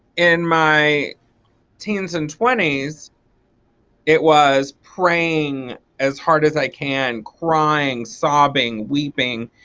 in my teens and twenties it was praying as hard as i can, crying, sobbing, weeping,